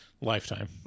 lifetime